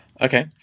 Okay